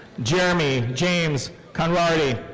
jeremy james konrady.